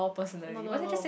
no no no